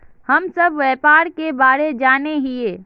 हम सब व्यापार के बारे जाने हिये?